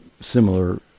similar